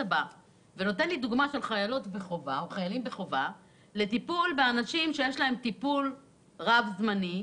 נתת דוגמה לחיילי חובה לטיפול באנשים שזקוקים לטיפול רב-שנים.